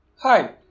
Hi